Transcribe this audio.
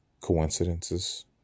coincidences